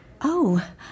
Oh